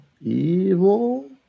evil